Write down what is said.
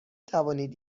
توانید